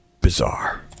bizarre